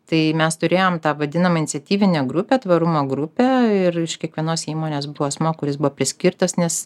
tai mes turėjom tą vadinamą iniciatyvinę grupę tvarumo grupę ir iš kiekvienos įmonės buvo asmuo kuris buvo priskirtas nes